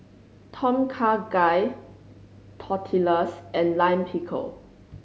Tom Kha Gai Tortillas and Lime Pickle